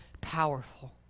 powerful